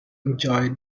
enjoy